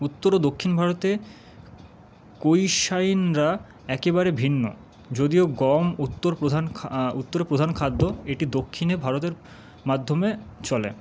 উত্তর ও দক্ষিণ ভারতে একেবারে ভিন্ন যদিও গম উত্তর প্রধান উত্তর প্রধান খাদ্য এটি দক্ষিণে ভারতের মাধ্যমে চলে